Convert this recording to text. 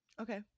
okay